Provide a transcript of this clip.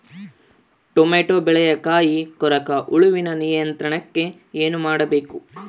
Tomato ಬೆಳೆಯ ಕಾಯಿ ಕೊರಕ ಹುಳುವಿನ ನಿಯಂತ್ರಣಕ್ಕೆ ಏನು ಮಾಡಬೇಕು?